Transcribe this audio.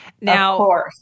Now